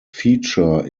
feature